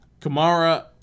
Kamara